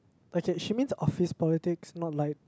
but k she means office politics not like